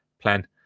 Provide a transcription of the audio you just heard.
plan